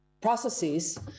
processes